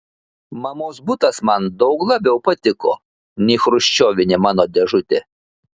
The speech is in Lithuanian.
mamos butas man daug labiau patiko nei chruščiovinė mano dėžutė